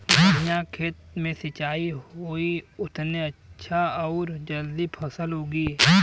बढ़िया खेत मे सिंचाई होई उतने अच्छा आउर जल्दी फसल उगी